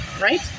right